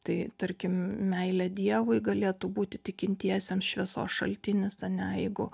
tai tarkim meilė dievui galėtų būti tikintiesiem šviesos šaltinis ane jeigu